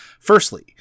Firstly